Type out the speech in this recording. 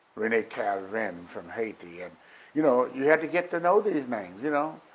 rene calvin from haiti, and you know you had to get to know these names, you know.